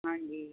ਹਾਂਜੀ